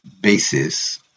basis